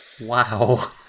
Wow